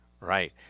Right